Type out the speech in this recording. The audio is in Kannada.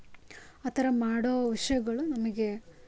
ಆ ಥರ ಮಾಡೋ ವಿಷಯಗಳು ನಮಗೆ